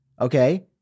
Okay